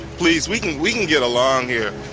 please, we can, we can get along here.